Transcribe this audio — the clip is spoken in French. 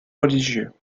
religieux